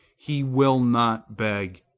he will not beg.